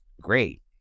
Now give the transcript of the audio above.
great